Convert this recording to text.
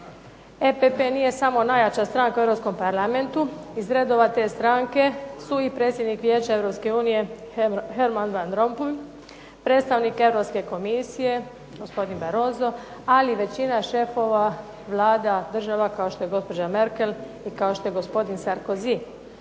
EPP nije samo najjača stranka u Europskom parlamentu. Iz redova te stranke su i predsjednik Vijeća Europske unije Herman van Rompuy, predstavnik Europske komisije gospodin Barroso ali i većina šefova vlada država kao što je gospođa Merkel i kao što je gospodin Sarkozy.